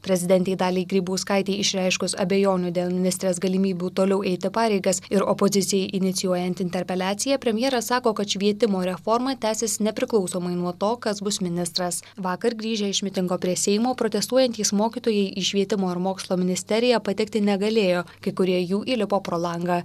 prezidentei daliai grybauskaitei išreiškus abejonių dėl ministrės galimybių toliau eiti pareigas ir opozicijai inicijuojant interpeliaciją premjeras sako kad švietimo reforma tęsis nepriklausomai nuo to kas bus ministras vakar grįžę iš mitingo prie seimo protestuojantys mokytojai į švietimo ir mokslo ministeriją pateikti negalėjo kai kurie jų įlipo pro langą